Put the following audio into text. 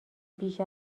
بیش